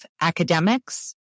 academics